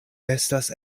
estas